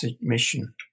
mission